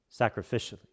sacrificially